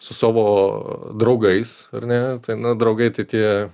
su savo draugais ar ne tai na draugai tai tie